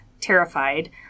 terrified